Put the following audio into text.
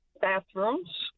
bathrooms